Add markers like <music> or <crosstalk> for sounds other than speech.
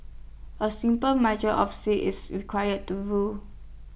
A simple <unintelligible> of sea is require to rule